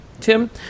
tim